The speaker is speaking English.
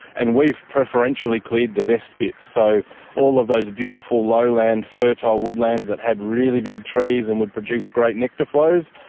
and we have preferentially cleared the best bits. so all of those beautiful lowland fertile woodlands that had really big trees and would produce great nectar flows,